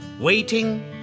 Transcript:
waiting